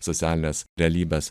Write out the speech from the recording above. socialinės realybės